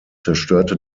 zerstörte